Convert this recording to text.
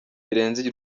birenze